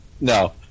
No